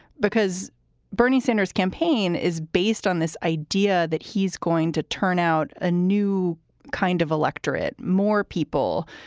because bernie sanders campaign is based on this idea that he's going to turn out a new kind of electorate. more people,